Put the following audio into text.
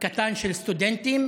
קטן של סטודנטים.